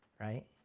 right